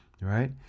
right